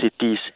cities